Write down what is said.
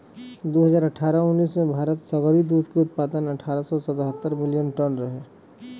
दू हज़ार अठारह उन्नीस में भारत के सगरी दूध के उत्पादन अठारह सौ सतहत्तर मिलियन टन रहे